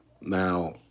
now